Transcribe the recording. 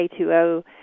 K2O